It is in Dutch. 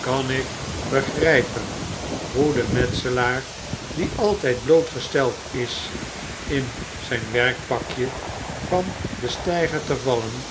kan ik begrpen hoe de metselaar die altfid blootgesteld is in zyn werkpakje van den steiger te vallen